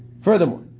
Furthermore